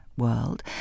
world